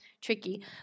tricky